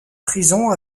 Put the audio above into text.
prison